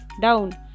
down